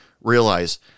realize